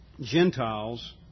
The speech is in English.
Gentiles